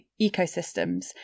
ecosystems